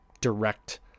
direct